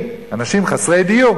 אנשים חסרי דיור,